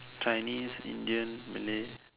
Chinese Indian Malay